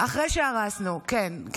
אחרי שהרסנו, כן.